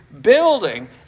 building